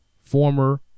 former